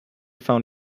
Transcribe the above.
found